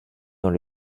dans